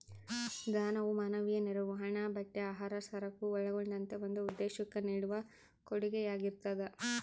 ದಾನವು ಮಾನವೀಯ ನೆರವು ಹಣ ಬಟ್ಟೆ ಆಹಾರ ಸರಕು ಒಳಗೊಂಡಂತೆ ಒಂದು ಉದ್ದೇಶುಕ್ಕ ನೀಡುವ ಕೊಡುಗೆಯಾಗಿರ್ತದ